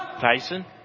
Tyson